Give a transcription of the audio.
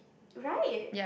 right